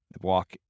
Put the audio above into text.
walk